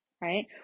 right